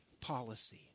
policy